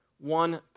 one